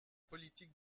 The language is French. politique